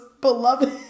beloved